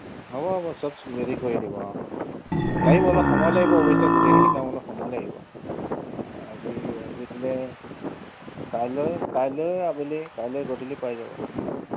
হ'ব হ'ব চব ৰেডি কৰি দিব অঁ লাগিব অলপ সময় লাগিব অৱশ্যে গোটেইখিনি কাম অলপ সময় লাগিব আজি আজি দিলে কাইলৈ কাইলৈ আবেলি কাইলৈ গধূলি পাই যাব